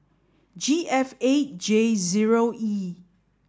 G F A J zero E